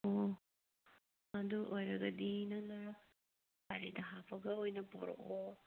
ꯑꯣ ꯑꯗꯨ ꯑꯣꯏꯔꯒꯗꯤ ꯅꯪꯅ ꯒꯥꯔꯤꯗ ꯍꯥꯞꯄꯒ ꯑꯣꯏꯅ ꯄꯨꯔꯛꯑꯣ